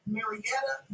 Marietta